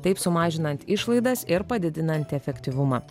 taip sumažinant išlaidas ir padidinant efektyvumą